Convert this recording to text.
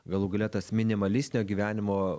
galų gale tas minimalistinio gyvenimo